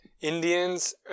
indians